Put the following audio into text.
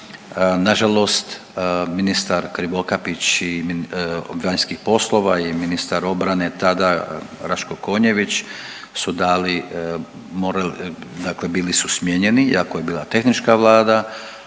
Nažalost ministar Krivokapić od vanjskih poslova i ministra obrane tada Raško Konjević su dali, morali, dakle bili su smijenjeni iako je bila tehnička vlada,